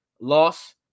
loss